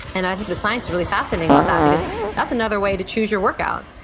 and i think the science is really fascinating about that, because that's another way to choose your workout,